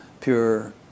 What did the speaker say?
pure